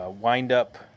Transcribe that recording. wind-up